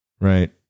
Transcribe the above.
Right